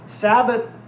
Sabbath